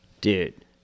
Dude